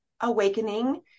awakening